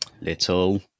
Little